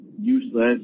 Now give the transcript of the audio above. useless